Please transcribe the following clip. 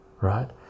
right